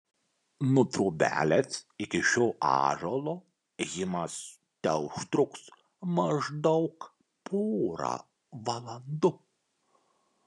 nuo trobelės iki šio ąžuolo ėjimas teužtruks maždaug porą valandų